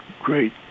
great